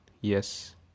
Yes